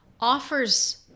offers